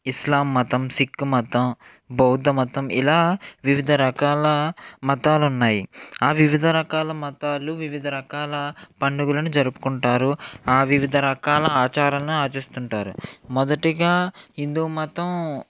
ఇస్లాం మతం సిక్కు మతం బౌద్ద మతం ఇలా వివిధ రకాల మతాలున్నాయి ఆ వివిధ రకాల మతాలు వివిధ రకాల పండుగలను జరుపుకుంటారు ఆ వివిధ రకాల ఆచారాలను ఆచిస్తూంటారు మొదటిగా హిందూ మతం